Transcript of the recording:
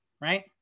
right